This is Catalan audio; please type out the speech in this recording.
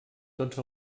tots